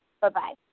Bye-bye